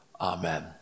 amen